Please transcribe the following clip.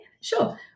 sure